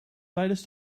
tijdens